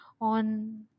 on